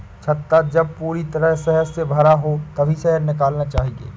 छत्ता जब पूरी तरह शहद से भरा हो तभी शहद निकालना चाहिए